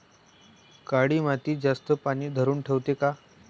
काळी माती जास्त पानी धरुन ठेवते का?